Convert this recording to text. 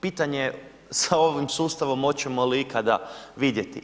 Pitanje sa ovim sustavom hoćemo li ikada vidjeti.